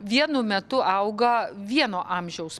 vienu metu auga vieno amžiaus